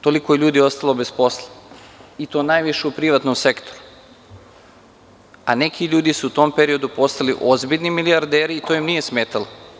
Toliko je ljudi ostalo bez posla i to najviše u privatnom sektoru, a neki ljudi su u tom periodu postali ozbiljni milijarderi i to im nije smetalo.